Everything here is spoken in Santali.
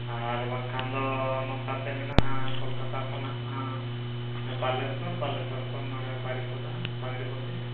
ᱟᱨ ᱵᱟᱝᱠᱷᱟᱱᱫᱚ ᱱᱚᱝᱠᱟᱛᱮ ᱢᱮᱱᱟᱜᱼᱟ ᱠᱳᱞᱠᱟᱛᱟ ᱠᱷᱚᱱᱟᱜ ᱵᱟᱞᱮᱥᱥᱚᱨ ᱵᱟᱞᱮᱥᱥᱚᱨ ᱠᱷᱚᱱ ᱱᱚᱰᱮ ᱵᱟᱨᱤᱯᱟᱫᱟ ᱰᱟᱹᱝᱨᱤᱯᱟᱹᱥᱤ